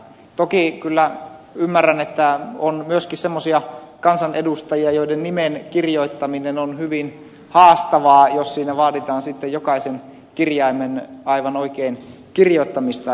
toki kyllä ymmärrän että on myöskin semmoisia kansanedustajia joiden nimen kirjoittaminen on hyvin haastavaa jos siinä vaaditaan sitten jokaisen kirjaimen aivan oikein kirjoittamista